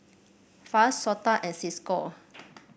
FAS SOTA and Cisco